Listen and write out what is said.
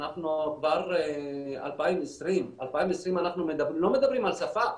אנחנו כבר 2020, ב-2020 אנחנו לא מדברים על שפה,